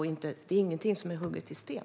Ingenting är hugget i sten.